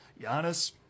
Giannis